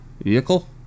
Vehicle